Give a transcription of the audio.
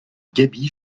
gaby